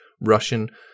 Russian